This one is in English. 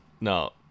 no